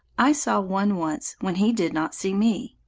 i saw one once when he did not see me.